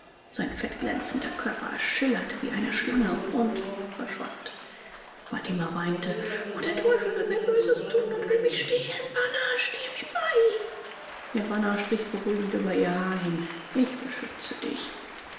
sein fettglänzender körper schillerte wie eine schlange und verschwand fatima weinte o der teufel will mir böses tun und will mich stehlen bana stehe mir bei ihr bana strich beruhigend über ihr haar hin ich beschütze dich